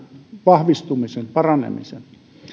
vahvistumisen paranemisen